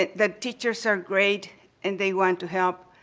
that teachers are great and they want to help,